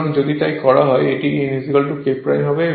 সুতরাং যদি তাই করা হয় তবে এটি n K হবে